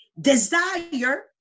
desire